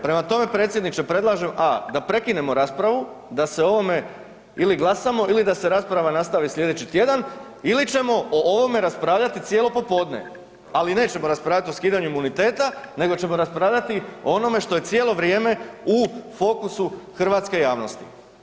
Prema tome, predsjedniče predlažem a) da prekinemo raspravu da se o ovome ili glasamo ili da se rasprava nastavi slijedeći tjedan ili ćemo o ovome raspravljati cijelo popodne, ali nećemo raspravljat o skidanju imuniteta nego ćemo raspravljati o onome što je cijelo vrijeme u fokusu hrvatske javnosti.